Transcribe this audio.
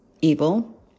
evil